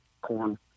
corn